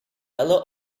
eile